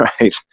right